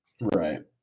Right